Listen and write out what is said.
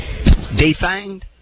defanged